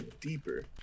deeper